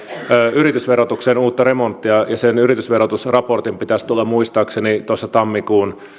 yritysverotukseen uutta remonttia ja sen yritysverotusraportin pitäisi tulla muistaakseni tuossa tammikuun